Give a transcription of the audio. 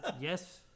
Yes